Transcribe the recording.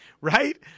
right